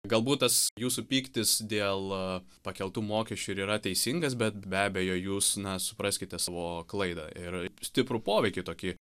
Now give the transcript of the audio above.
galbūt tas jūsų pyktis dėl pakeltų mokesčių ir yra teisingas bet be abejo jūs na supraskite savo klaidą ir stiprų poveikį tokį